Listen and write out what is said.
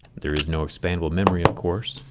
there is no expandable memory of course.